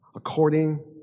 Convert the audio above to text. According